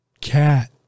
cat